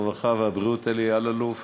הרווחה והבריאות אלי אלאלוף.